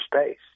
space